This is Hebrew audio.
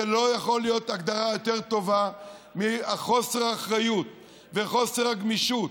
לא יכולה להיות הגדרה יותר טובה לחוסר האחריות וחוסר הגמישות,